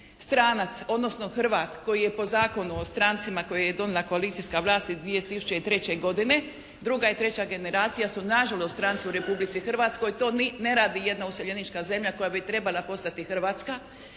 Stranac odnosno Hrvat koji je po Zakonu o strancima kojeg je donijela koalicijska vlast iz 2003. godine, druga i treća generacija su nažalost stranci u Republici Hrvatskoj. To ne radi jedna useljenička zemlja koja bi trebala postati Hrvatska.